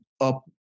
up